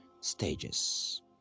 stages